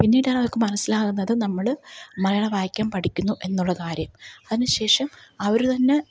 പിന്നീടാണവര്ക്ക് മനസ്സിലാകുന്നതു നമ്മൾ മലയാളം വായിക്കാന് പഠിക്കുന്നു എന്നുള്ള കാര്യം അതിനു ശേഷം അവർ തന്നെ